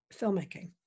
filmmaking